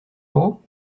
euros